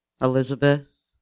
Elizabeth